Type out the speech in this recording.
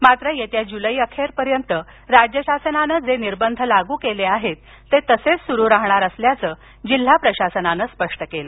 मात्र येत्या जुलैअखेर पर्यंत राज्य शासनानं जे निर्बंध लागू केले आहेत ते तसेच सुरु राहणार असल्याचं जिल्हा प्रशासनान स्पष्ट केलं